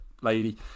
lady